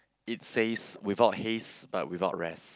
it says without haste but without rest